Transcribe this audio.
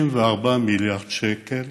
34 מיליארד שקלים